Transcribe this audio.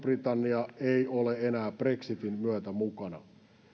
britannia ei ole enää brexitin myötä mukana